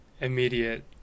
immediate